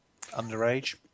Underage